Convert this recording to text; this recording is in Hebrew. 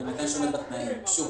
ובהינתן שעומד בתנאים שוב,